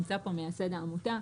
מייסד העמותה,